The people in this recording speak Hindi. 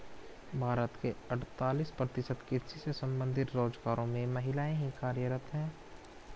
भारत के अड़तालीस प्रतिशत कृषि से संबंधित रोजगारों में महिलाएं ही कार्यरत हैं